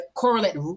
correlate